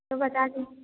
तो बता दें